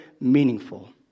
meaningful